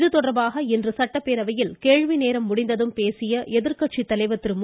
இதுதொடர்பாக இன்று பேரவையில் கேள்வி நேரம் முடிந்ததும் பேசிய எதிர்கட்சி தலைவர் திரு மு